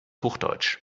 hochdeutsch